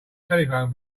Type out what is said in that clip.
telephone